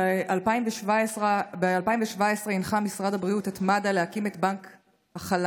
ב-2017 הנחה משרד הבריאות את מד"א להקים את בנק החלב,